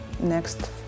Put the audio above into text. next